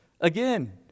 Again